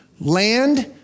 Land